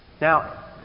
Now